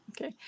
Okay